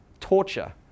torture